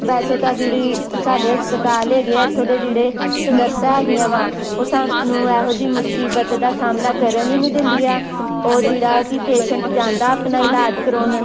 ਵੈਸੇ ਤਾਂ ਜਿਹੜੇ ਸਾਡੇ ਹਸਪਤਾਲ ਹੈਗੇ ਆ ਇੱਥੋਂ ਦੇ ਜਿਹੜੇ ਨਰਸਾਂ ਹੈਗੀਆਂ ਵਾ ਉਹ ਸਾਨੂੰ ਇਹੋ ਜਿਹੀ ਮੁਸੀਬਤ ਦਾ ਸਾਹਮਣਾ ਕਰਨ ਹੀ ਨਹੀਂ ਦਿੰਦੀਆਂ ਉਹ ਜਿਹੜਾ ਕਿ ਪੇਸ਼ੈਂਟ ਜਾਂਦਾ ਆਪਣਾ ਇਲਾਜ ਕਰਾਉਣ